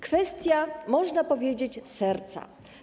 Kwestia, można powiedzieć, serca.